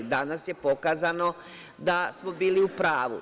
Danas je pokazano da smo bili u pravu.